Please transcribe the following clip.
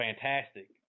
fantastic